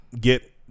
get